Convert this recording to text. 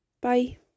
bye